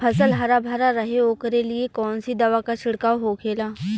फसल हरा भरा रहे वोकरे लिए कौन सी दवा का छिड़काव होखेला?